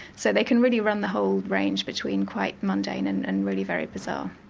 so they can really run the whole range between quite mundane and and really very bizarre.